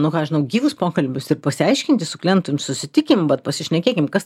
nu ką aš žinau gyvus pokalbius ir pasiaiškinti su klientu susitikim pasišnekėkim kas